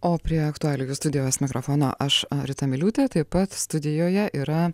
o prie aktualijų studijos mikrofono aš rita miliūtė taip pat studijoje yra